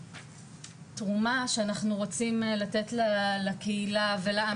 התרומה שאנחנו רוצים לתת ולקהילה ולעם